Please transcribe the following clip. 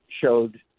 showed